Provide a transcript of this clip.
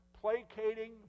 placating